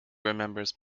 remembers